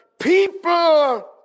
people